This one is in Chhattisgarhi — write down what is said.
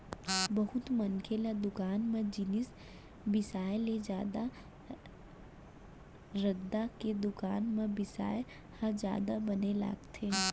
बहुत मनसे ल दुकान म जिनिस बिसाय ले जादा रद्दा के दुकान म बिसाय ह जादा बने लागथे